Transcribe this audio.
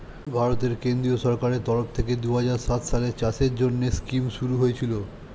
ভারতের কেন্দ্রীয় সরকারের তরফ থেকে দুহাজার সাত সালে চাষের জন্যে স্কিম শুরু হয়েছিল